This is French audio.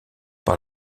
par